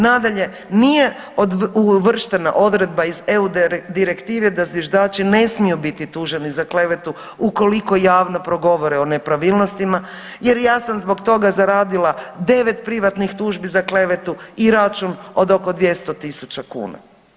Nadalje, nije uvrštena odredba iz eu direktive da zviždači ne smiju biti tuženi za klevetu ukoliko javno progovore o nepravilnostima jer ja sam zbog toga zaradila devet privatnih tužbi za klevetu i račun od oko 200.000 kuna.